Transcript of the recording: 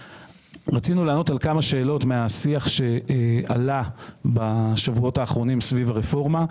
רצינו לענות על כמה שאלות מהשיח שעלה בשבועות האחרונים סביב הרפורמה,